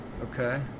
Okay